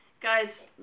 guys